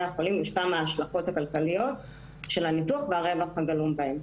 החולים מושפע מההשלכות הכלכליות של הניתוח והרווח הגלום בהן.